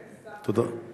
אין שר כזה.